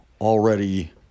already